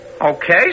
Okay